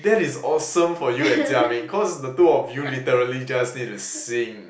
that is awesome for you and Jia-Ming cause the two of you literally just need to sing